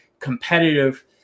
competitive